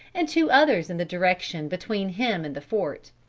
and two others in the direction between him and the fort.